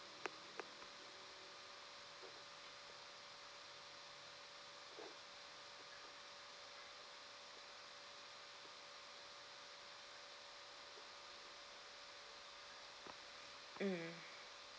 mm